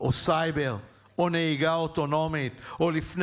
או סייבר או נהיגה אוטונומית או לפני